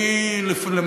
אני חושב,